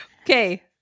Okay